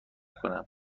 کنم